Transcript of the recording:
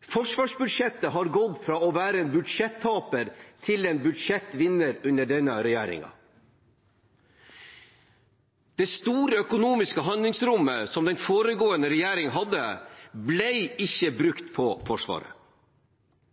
Forsvarsbudsjettet har gått fra å være budsjettaper til budsjettvinner under denne regjeringen. Det store økonomiske handlingsrommet som den foregående regjeringen hadde, ble ikke brukt på Forsvaret.